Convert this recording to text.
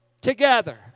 together